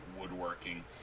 Woodworking